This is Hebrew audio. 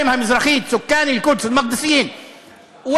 המזרחית (אומר בערבית: תושבי ירושלים,